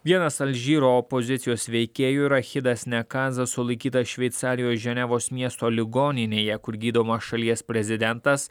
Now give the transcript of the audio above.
vienas alžyro opozicijos veikėjų rachidas nekazas sulaikytas šveicarijoje ženevos miesto ligoninėje kur gydomas šalies prezidentas